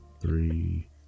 three